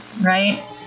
Right